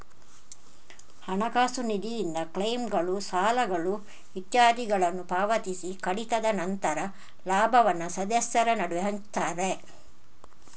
ಹಣಕಾಸು ನಿಧಿಯಿಂದ ಕ್ಲೈಮ್ಗಳು, ಸಾಲಗಳು ಇತ್ಯಾದಿಗಳನ್ನ ಪಾವತಿಸಿ ಕಡಿತದ ನಂತರ ಲಾಭವನ್ನ ಸದಸ್ಯರ ನಡುವೆ ಹಂಚ್ತಾರೆ